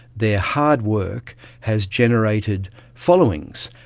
their hard work has generated followings,